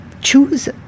choose